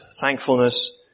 thankfulness